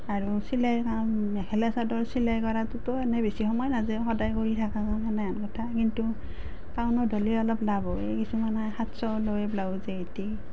আৰু চিলাইৰ কাম মেখেলা চাদৰ চিলাই কৰাটোতো এনেই বেছি সময় নাযায় সদায় কৰি থকা কাম হেনেহেন কথা কিন্তু টাউনত হ'লে অলপ লাভ হয় কিছুমানে সাতশ লয় ব্লাউজ